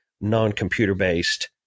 non-computer-based